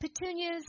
petunias